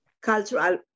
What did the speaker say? cultural